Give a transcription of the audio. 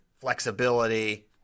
flexibility